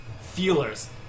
feelers